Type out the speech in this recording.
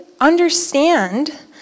understand